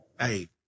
Hey